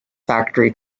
factory